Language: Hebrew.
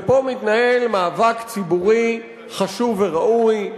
ופה מתנהל מאבק ציבורי חשוב וראוי,